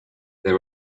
these